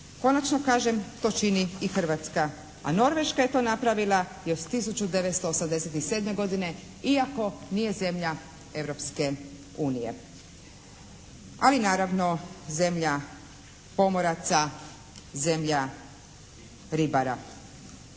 Konačno kažem to čini i Hrvatska, a Norveška je to napravila još 1987. godine iako nije zemlja Europske unije. Ali naravno zemlja pomoraca, zemlja ribara.